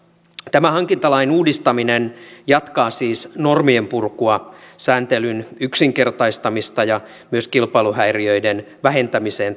tämä hankintalain uudistaminen jatkaa siis normien purkua sääntelyn yksinkertaistamista ja tällä pyritään myös kilpailuhäiriöiden vähentämiseen